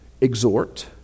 exhort